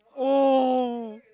oh